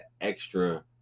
extra